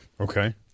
Okay